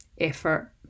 effort